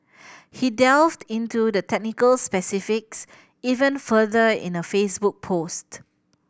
he delved into the technical specifics even further in a Facebook post